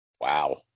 Wow